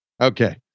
Okay